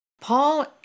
Paul